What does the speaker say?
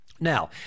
Now